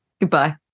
Goodbye